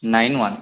nine one